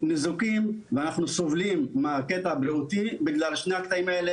ניזוקים ואנחנו סובלים מהקטע הבריאותי בגלל שני הדברים האלו,